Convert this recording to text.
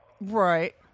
Right